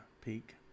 Peak